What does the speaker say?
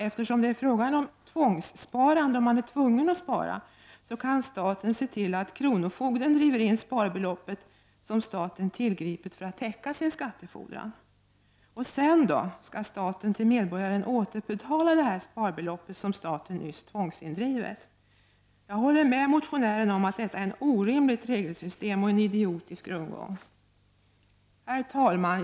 Eftersom det är fråga om ett tvångssparande och man är tvungen att spara kan staten se till att kronofogden driver in sparbeloppet som staten tillgripit för att täcka sin skattefordran. Sedan skall staten till medborgaren återbetala det sparbelopp som staten nyss tvångsindrivit. Jag håller med motionären om att detta är ett orimligt regelsystem och en idiotisk rundgång. Herr talman!